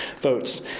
votes